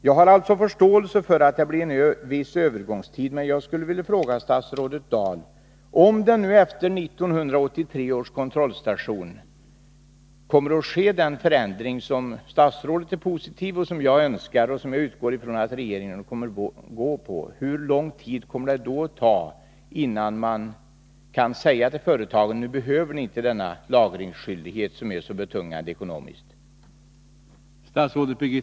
Jag har förståelse för att det blir en viss övergångstid, men jag skulle vilja fråga statsrådet Dahl: Om den förändring som statsrådet är positiv till och som jag önskar, och som jag utgår ifrån att regeringen kommer att arbeta för, sker efter 1983 års kontrollstation, hur lång tid kommer det då att ta innan man kan säga till företagen att de inte behöver ha denna lagringsskyldighet som är så betungande ekonomiskt?